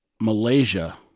Malaysia